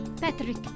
Patrick